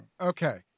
Okay